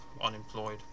unemployed